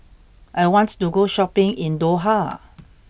I want to go shopping in Doha